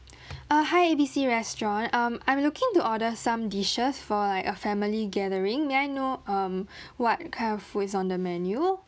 uh hi A B C restaurant um I'm looking to order some dishes for like a family gathering may I know um what kind of food is on the menu